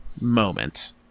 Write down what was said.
moment